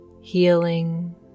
healing